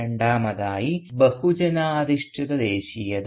രണ്ടാമതായി ബഹുജനാധിഷ്ഠിത ദേശീയത